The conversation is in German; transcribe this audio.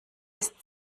ist